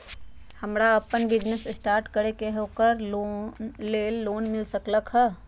हमरा अपन business start करे के है ओकरा लेल लोन मिल सकलक ह?